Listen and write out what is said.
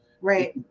Right